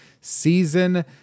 season